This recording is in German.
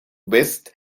west